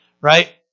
right